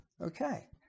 Okay